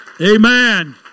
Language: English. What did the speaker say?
Amen